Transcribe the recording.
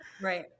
Right